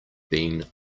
been